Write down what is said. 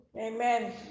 Amen